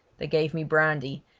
they gave me brandy,